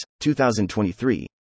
2023